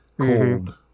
cold